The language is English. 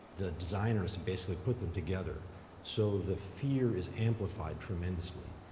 the designers and basically put them together so the fear is amplified tremendously.